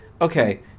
Okay